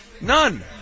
None